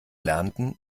lernenden